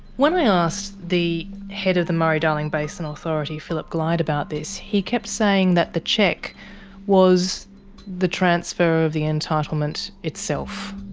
when i asked the head of the murray-darling and authority phillip glyde about this, he kept saying that the check was the transfer of the entitlement itself.